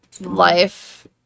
life